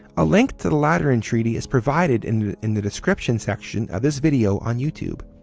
a link to the lateran treaty is provided in in the description section of this video on youtube.